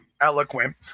eloquent